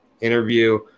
interview